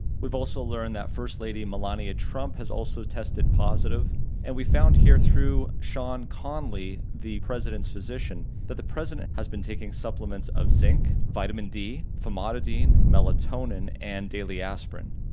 we've also learned that first lady melania trump has also tested positive and we found here through sean conley, conley, the president's physician, that the president has been taking supplements of zinc, vitamin d, famotidine, melatonin, and daily aspirin.